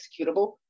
executable